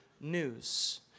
news